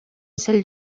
celle